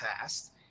past